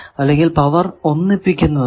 അല്ലെങ്കിൽ പവർ ഒന്നിപ്പിക്കുന്നതാണ്